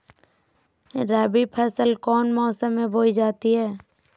रबी फसल कौन मौसम में बोई जाती है?